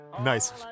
Nice